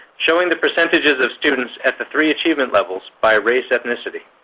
showing the percentages of students at the three achievement levels by race ethnicity.